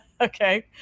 Okay